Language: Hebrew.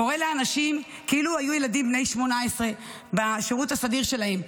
קורא לאנשים כאילו היו ילדים בני 18 בשירות הסדיר שלהם,